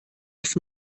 auf